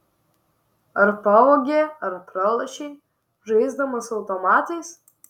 ar pavogė ar pralošei žaisdamas automatais